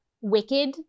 wicked